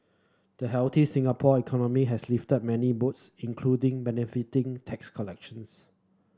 the healthy Singapore economy has lifted many boats including benefiting tax collections